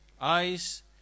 eyes